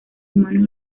humanos